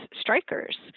strikers